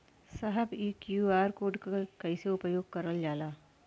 साहब इ QR code के कइसे उपयोग करल जाला?